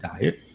diet